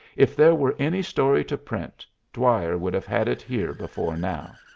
if there were any story to print, dwyer would have had it here before now.